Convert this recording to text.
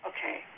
Okay